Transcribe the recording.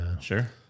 sure